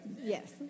Yes